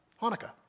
Hanukkah